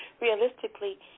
realistically